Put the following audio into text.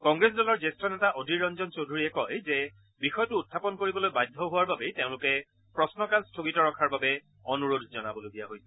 কংগ্ৰেছ দলৰ জ্যেষ্ঠ নেতা অধীৰ ৰঞ্জন চৌধুৰীয়ে কয় যে বিষয়টো উখাপন কৰিবলৈ বাধ্য হোৱাৰ বাবেই তেওঁলোকে প্ৰশ্নকাল স্থগিত ৰখাৰ বাবে অনুৰোধ জনাবলগীয়া হৈছে